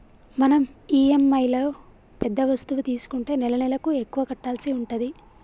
మనం ఇఎమ్ఐలో పెద్ద వస్తువు తీసుకుంటే నెలనెలకు ఎక్కువ కట్టాల్సి ఉంటది